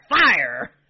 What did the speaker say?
fire